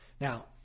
Now